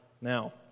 now